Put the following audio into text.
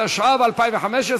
התשע"ו 2015,